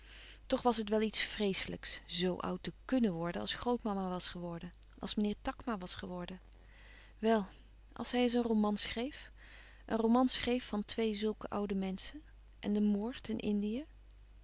toch was het wel iets vreeslijks zoo oud te kùnnen worden als grootmama was geworden als meneer takma was geworden wel als hij eens een roman schreef een roman schreef van twee zulke oude menschen en de moord in indië